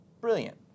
Brilliant